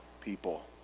people